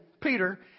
Peter